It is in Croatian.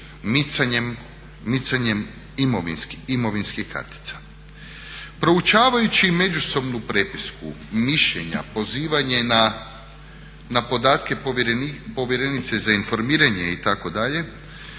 micanjem imovinskih kartica. Proučavajući međusobnu prepisku mišljenja, pozivanje na podatke povjerenice za informiranje itd.